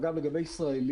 אגב, לגבי ישראלים,